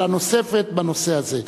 שאלה נוספת בנושא הזה.